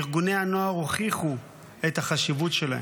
ארגוני הנוער הוכיחו את החשיבות שלהם.